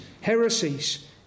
heresies